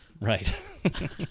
Right